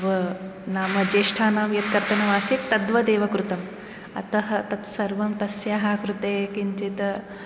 व नाम ज्येष्ठानां यत् कर्तनम् आसीत् तद्वत् एव कृतम् अतः तत् सर्वं तस्याः कृते किञ्चित्